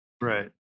Right